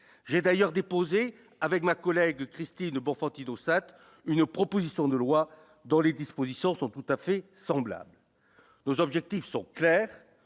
j'ai d'ailleurs déposé avec ma collègue Christine Boos Bonson Tido une proposition de loi dont les dispositions sont tout à fait semblable, nos objectifs sont clairs